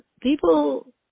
people